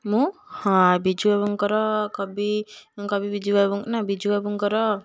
ମୁଁ ହଁ ବିଜୁବାବୁଙ୍କର କବି କବି ବିଜୁବାବୁ ନା ବିଜୁବାବୁଙ୍କର